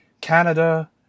Canada